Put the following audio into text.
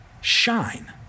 shine